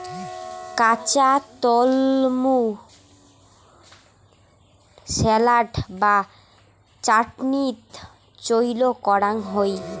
কাঁচা তলমু স্যালাড বা চাটনিত চইল করাং হই